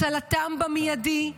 הצלתם במיידי.